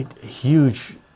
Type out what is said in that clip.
Huge